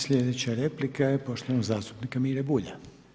Slijedeća replika je poštovanog zastupnika Mire Bulja.